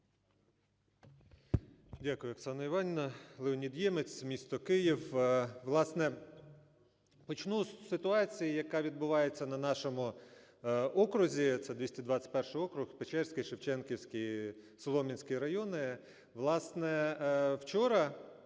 Дякую, Оксана Іванівна. Леонід Ємець, місто Київ. Власне, почну з ситуації, яка відбувається на нашому окрузі, це 221 округ – Печерський, Шевченківський, Солом'янський райони. Власне, вчора